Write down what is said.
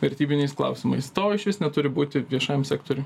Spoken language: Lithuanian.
vertybiniais klausimais to išvis neturi būti viešajam sektoriuj